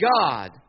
god